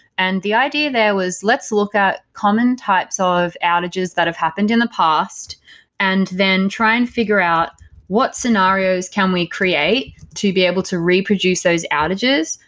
and the idea there was let's look at common types of outages that have happened in the past and then try and figure out what scenarios can we create to be able to reproduce those outages,